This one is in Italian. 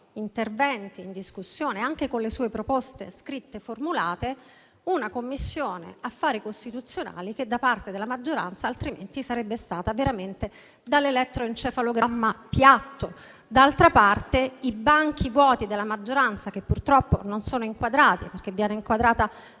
interventi in discussione, anche con le sue proposte formulate per iscritto, una Commissione affari costituzionali che da parte della maggioranza altrimenti sarebbe stata veramente da elettroencefalogramma piatto. D'altra parte, anche oggi i banchi vuoti della maggioranza, che purtroppo non sono inquadrati (perché viene inquadrata